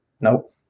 Nope